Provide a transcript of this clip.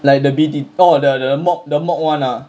like the B_T oh the the the mock the mock one ah